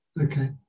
Okay